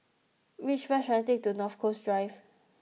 which bus should I take to North Coast Drive